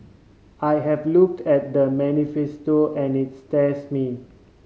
I have looked at the manifesto and it stirs me